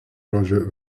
žodžio